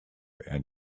and